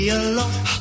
alone